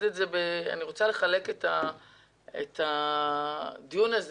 אני רוצה לחלק את הדיון הזה,